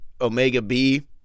omega-B